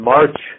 March